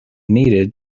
needed